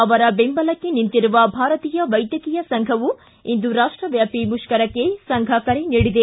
ಅವರ ಬೆಂಬಲಕ್ಕೆ ನಿಂತಿರುವ ಭಾರತೀಯ ವೈದ್ಯಕೀಯ ಸಂಘವು ಇಂದು ರಾಷ್ಟವ್ಯಾಪಿ ಮುಷ್ಕರಕ್ಕೆ ಸಂಘ ಕರೆ ನೀಡಿದೆ